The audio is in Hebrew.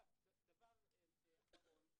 דבר אחרון,